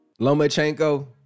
Lomachenko